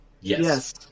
Yes